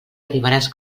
arribaràs